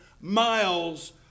miles